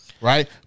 Right